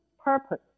purpose